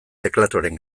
teklatuaren